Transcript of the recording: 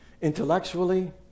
Intellectually